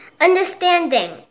understanding